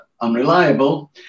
unreliable